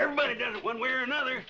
everybody got one way or another